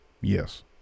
Yes